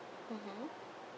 mmhmm